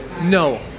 No